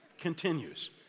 continues